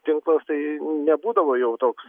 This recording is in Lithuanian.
tinklas tai nebūdavo jau toks